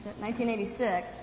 1986